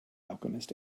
alchemist